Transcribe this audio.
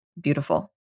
beautiful